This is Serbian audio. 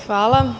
Hvala.